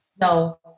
no